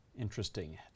interesting